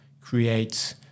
create